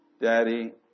Daddy